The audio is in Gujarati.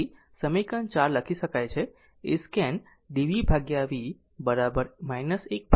તેથી સમીકરણ 4 લખી શકાય છે એ સ્કેન dv v 1 RC તા